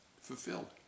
fulfilled